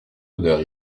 odeur